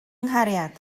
nghariad